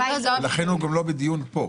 ולכן הוא גם לא בדיון פה.